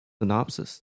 synopsis